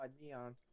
Neon